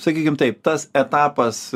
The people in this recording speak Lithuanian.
sakykim taip tas etapas